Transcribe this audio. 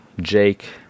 Jake